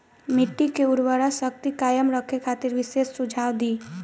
मिट्टी के उर्वरा शक्ति कायम रखे खातिर विशेष सुझाव दी?